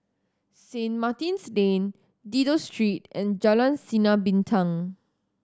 Saint Martin's Lane Dido Street and Jalan Sinar Bintang